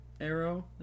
arrow